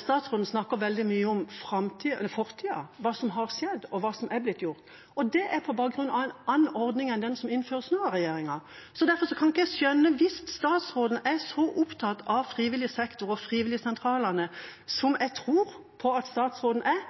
Statsråden snakker veldig mye om fortida, hva som har skjedd og hva som er blitt gjort, og det er på bakgrunn av en annen ordning enn den som nå innføres av regjeringa. Derfor kan ikke jeg skjønne: Hvis statsråden er så opptatt av frivillig sektor og frivillighetssentralene, som jeg tror på at statsråden er,